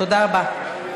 תודה רבה.